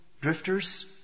drifters